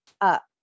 up